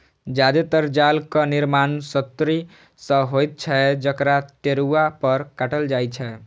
जादेतर जालक निर्माण सुतरी सं होइत छै, जकरा टेरुआ पर काटल जाइ छै